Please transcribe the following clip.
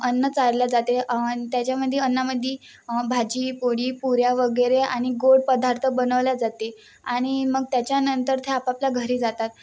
अन्न चारल्या जाते त्याच्यामध्ये अन्नामध्ये भाजी पोळी पुऱ्या वगैरे आणि गोड पदार्थ बनवल्या जाते आणि मग त्याच्यानंतर ते आपापल्या घरी जातात